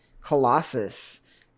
Colossus